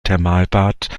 thermalbad